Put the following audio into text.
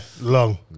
long